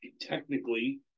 technically